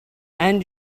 and